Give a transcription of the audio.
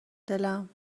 دلم